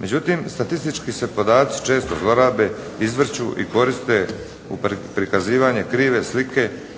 Međutim, statistički se podaci često zlorabe, izvrću i koriste u prikazivanje krive slike